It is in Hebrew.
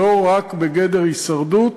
לא רק בגדר הישרדות,